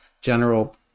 general